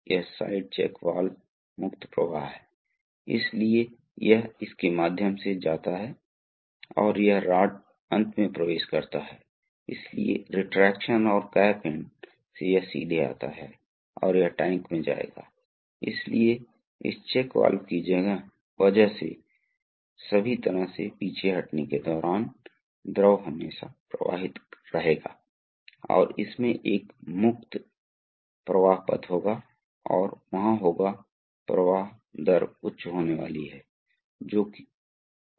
तो यह वास्तव में आवरण के साथ तरल पदार्थ लेने की कोशिश कर रहा है इसलिए इस तरल पदार्थ को बहुत धक्का दिया जा रहा है इसलिए यह तरल पदार्थ को स्क्रैप करता है और इसे यहां ले जाता है और जैसे ही यह यहां आता है यह संकुचित हो रहा है यह हो जाता है वितरित इसीलिए यहां तरल पदार्थ बाहर निकलता है और यहां एकत्रित हो जाता है इसी तरह यहां एकत्र हो जाता है और यहां से बाहर निकल जाता है इसलिए आप देखते हैं वास्तव में अब आप एकत्र कर सकते हैं आप वास्तव में कनेक्ट कर सकते हैं ये आउटलेट एक साथ में और बना सकते है एक आउटलेट और इसी तरह आपके पास एक इनलेट हो सकता है